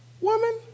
woman